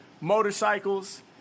Motorcycles